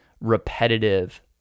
repetitive